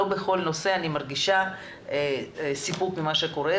לא בכל נושא אני מרגישה סיפוק ממה שקורה,